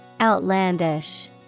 Outlandish